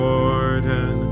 Jordan